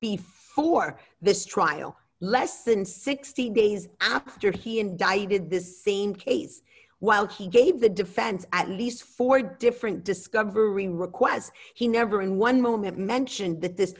before this trial less than sixty days after he indicted this same case while he gave the defense at least four different discovery requests he never in one moment mentioned that this